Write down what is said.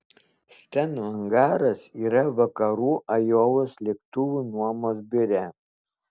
steno angaras yra vakarų ajovos lėktuvų nuomos biure